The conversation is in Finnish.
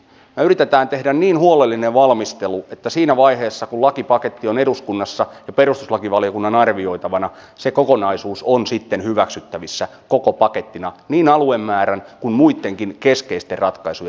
me yritämme tehdä niin huolellisen valmistelun että siinä vaiheessa kun lakipaketti on eduskunnassa ja perustuslakivaliokunnan arvioitavana se kokonaisuus on sitten hyväksyttävissä koko pakettina niin aluemäärän kuin muittenkin keskeisten ratkaisujen osalta